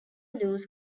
loose